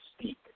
speak